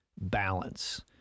balance